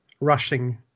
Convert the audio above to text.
rushing